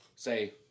Say